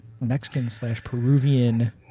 Mexican-slash-Peruvian